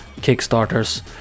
kickstarters